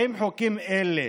האם חוקים אלה